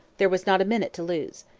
there was not a minute to lose.